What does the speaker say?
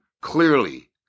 clearly